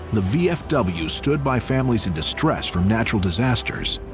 the vfw stood by families in distress from natural disasters,